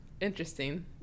interesting